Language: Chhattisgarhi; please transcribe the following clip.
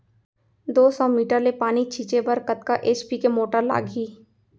दो सौ मीटर ले पानी छिंचे बर कतका एच.पी के मोटर लागही?